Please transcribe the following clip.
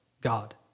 God